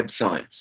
websites